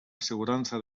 assegurança